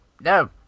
no